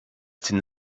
den